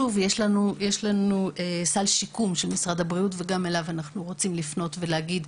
יש לנו סל שיקום של משרד הבריאות וגם אליו אנחנו רוצים לפנות ולהגיד,